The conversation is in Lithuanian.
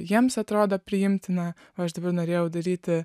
jiems atrodo priimtina aš dabar norėjau daryti